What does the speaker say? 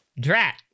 Drat